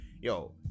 Yo